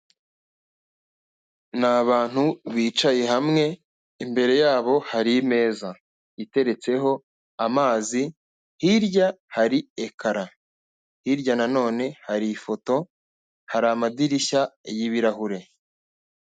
Ni abantu bicaye hamwe imbere yabo hari imeza iteretseho amazi, hirya hari ekara, hirya nanone hari ifoto, hari amadirishya y'ibirahure.